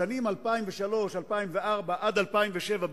בשנים 2003 2004 עד 2007,